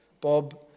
Bob